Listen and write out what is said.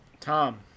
tom